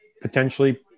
potentially